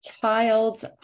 child's